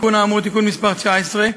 בתיקון האמור, תיקון מס' 19,